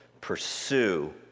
pursue